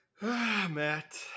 Matt